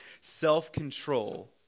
self-control